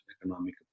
economic